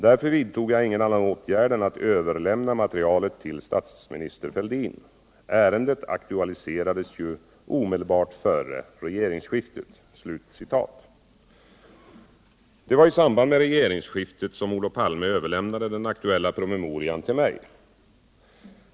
Därför vidtog jag ingen annan åtgärd än att överlämna materialet till statsminister Fälldin. Ärendet aktualiserades ju omedelbart före regeringsskiftet.” Det var i samband med regeringsskiftet som Olof Palme överlämnade den aktuella promemorian till mig.